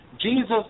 Jesus